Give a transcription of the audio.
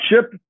Chip